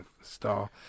star